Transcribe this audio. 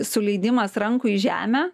suleidimas rankų į žemę